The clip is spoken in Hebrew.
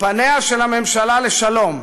"פניה של הממשלה לשלום.